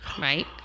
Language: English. right